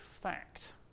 fact